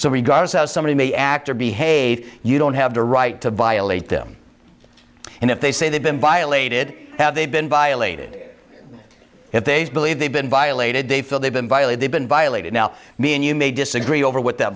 so regard to how somebody may act or behave you don't have the right to violate them and if they say they've been violated have they been violated if they believe they've been violated they feel they've been violated been violated now mean you may disagree over what that